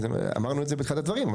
אמרנו את זה בתחילת הדברים.